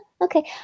Okay